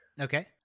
Okay